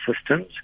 systems